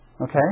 Okay